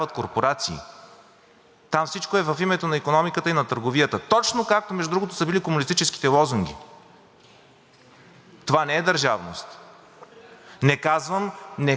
Това не е държавност. Не казвам, че управлението в Русия е демократично и свободно. Не искам да се бъркам, но знам, че стойността на нещата се определя от народите,